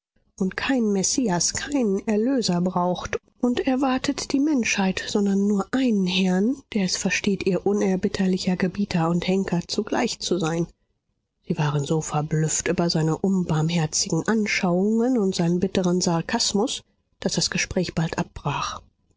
und keinen messias keinen erlöser braucht und erwartet die menschheit sondern nur einen herrn der es versteht ihr unerbittlicher gebieter und henker zugleich zu sein sie waren so verblüfft über seine unbarmherzigen anschauungen und seinen bitteren sarkasmus daß das gespräch bald abbrach